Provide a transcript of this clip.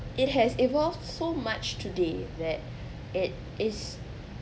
it has evolved so much today that it is